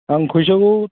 आं फैसाखौ